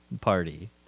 party